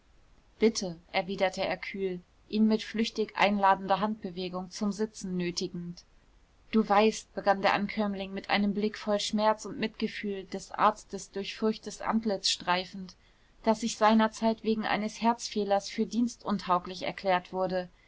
bitte erwiderte er kühl ihn mit flüchtig einladender handbewegung zum sitzen nötigend du weißt begann der ankömmling mit einem blick voll schmerz und mitgefühl des arztes durchfurchtes antlitz streifend daß ich seinerzeit wegen eines herzfehlers für dienstuntauglich erklärt wurde